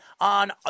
on